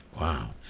wow